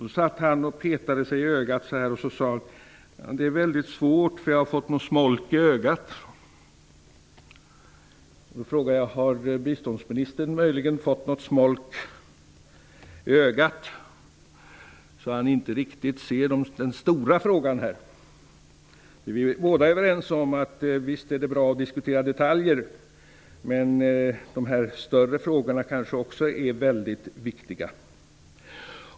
Den andre petade sig i ögat och sade: Det är väldigt svårt, för jag har fått något smolk i ögat! Har biståndsministern möjligen fått något smolk i ögat, så att han inte riktigt kan se den stora frågan här? Vi båda är överens om att det är bra att diskutera detaljer, men de större frågorna är nog också väldigt viktiga.